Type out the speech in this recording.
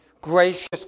gracious